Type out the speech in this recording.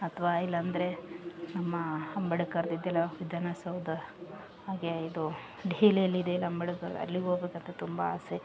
ಅಥ್ವ ಇಲ್ಲ ಅಂದರೆ ನಮ್ಮ ಅಂಬೇಡ್ಕರ್ ದಿದ್ದಿಲೋ ವಿಧಾನಸೌಧ ಹಾಗೆ ಇದು ದೆಹಲಿ ಅಲ್ಲಿ ಇದೆ ಅಂಬೇಡ್ಕರ್ ಅಲ್ಲಿಗೆ ಹೋಗ್ಬೇಕು ಅಂತ ತುಂಬ ಆಸೆ